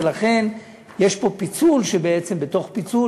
ולכן יש פה פיצול שהוא בעצם בתוך פיצול,